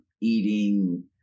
eating